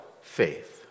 faith